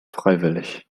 freiwillig